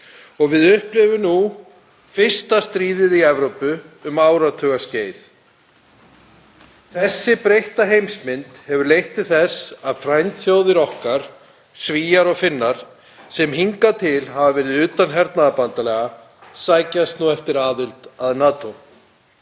Við upplifum nú fyrsta stríðið í Evrópu um áratugaskeið. Þessi breytta heimsmynd hefur leitt til þess að frændþjóðir okkar, Svíar og Finnar, sem hingað til hafa verið utan hernaðarbandalaga, sækjast eftir aðild að NATO.